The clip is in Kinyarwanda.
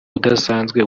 udasanzwe